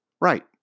Right